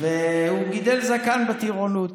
הוא גידל זקן בטירונות,